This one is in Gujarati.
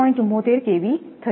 74 kV થઈ જશે